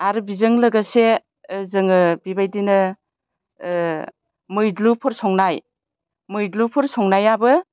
आरो बिजों लोगोसे जोङो बेबायदिनो ओ मैद्रुफोर संनाय मैद्रुफोर संनायाबो